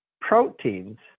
proteins